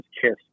kiss